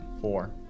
four